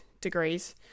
degrees